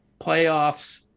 playoffs